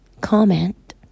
comment